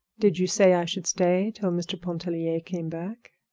did you say i should stay till mr. pontellier came back?